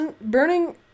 Burning